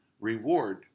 reward